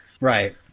Right